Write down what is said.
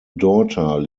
daughter